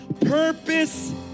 Purpose